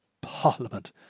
Parliament